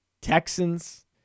Texans